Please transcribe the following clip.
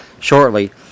shortly